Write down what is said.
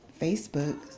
Facebook